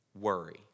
worry